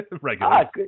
regular